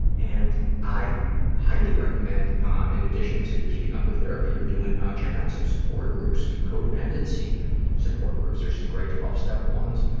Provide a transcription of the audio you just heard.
and i highly recommend, in and addition to keeping up the therapy you're doing, checking out some support groups, some codependency support groups. there's some great twelve step ones.